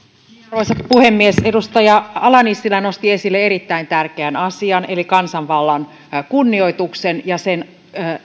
arvoisa puhemies edustaja ala nissilä nosti esille erittäin tärkeän asian eli kansanvallan kunnioituksen ja sen